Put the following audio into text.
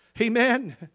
Amen